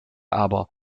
aber